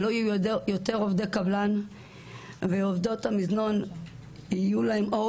שלא יהיו יותר עובדי קבלן ועובדות המזנון יהיו להם אור